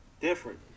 Different